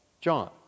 John